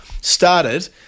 started